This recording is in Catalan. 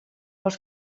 els